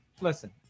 Listen